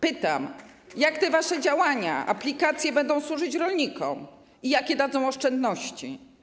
Pytam, jak te wasze działania, aplikacje będą służyć rolnikom i jakie dadzą oszczędności.